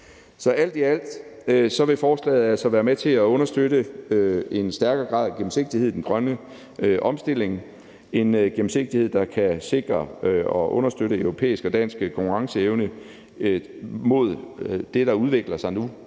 alt i alt vil forslaget altså være med til at understøtte en stærkere grad af gennemsigtighed i den grønne omstilling – en gennemsigtighed, der kan sikre og understøtte europæisk og dansk konkurrenceevne i forhold til det, der udvikler sig nu: